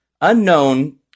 unknown